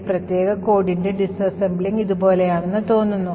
ഈ പ്രത്യേക കോഡിന്റെ ഡിസ്അസംബ്ലിംഗ് ഇതുപോലെയാണെന്ന് തോന്നുന്നു